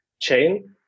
chain